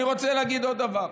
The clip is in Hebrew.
אני רוצה להגיד עוד דבר.